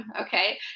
okay